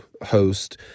host